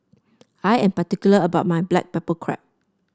I am particular about my Black Pepper Crab